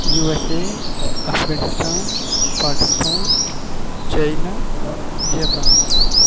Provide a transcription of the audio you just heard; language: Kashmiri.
U S A Afghanistan Pakistan China Japan